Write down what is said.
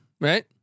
right